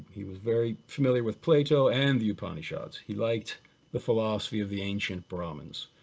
he was very familiar with plato and the upanishads, he liked the philosophy of the ancient brahmans.